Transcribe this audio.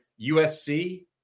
USC